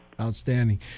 Outstanding